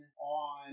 on